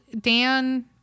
Dan